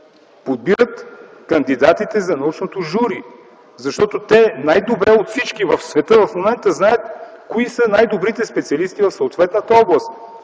подбират кандидатите за научното жури. Защото те най-добре от всички в света в момента знаят кои са най-добрите специалисти в съответната област.